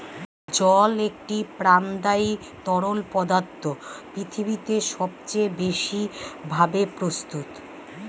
জল একটি প্রাণদায়ী তরল পদার্থ পৃথিবীতে সবচেয়ে বেশি ভাবে প্রস্তুত